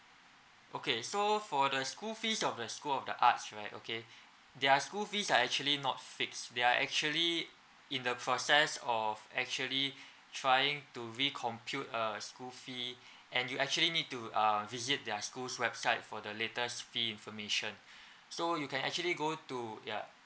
okay so for the school fees of the school of the arts right okay their school fees are actually not fixed they are actually in the process of actually trying to recompute uh school fee and you actually need to uh visit their school's website for the latest fee information so you can actually go to ya